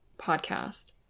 podcast